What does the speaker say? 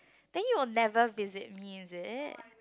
then you'll never visit me is it